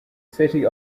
city